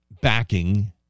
backing